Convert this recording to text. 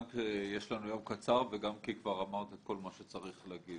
גם כי יש לנו יום קצר בוועדה וגם כי כבר אמרת את כל מה שצריך להגיד.